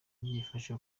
byifashe